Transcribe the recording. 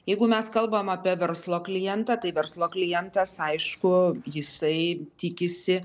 jeigu mes kalbam apie verslo klientą tai verslo klientas aišku jisai tikisi